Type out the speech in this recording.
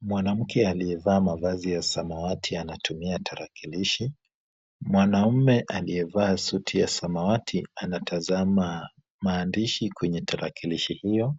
Mwanamke aliyevaa mavazi ya samawati anatumia tarakilishi. Mwanamume aliyevaa suti ya samawati, anatazama maandishi kwenye tarakilishi hio.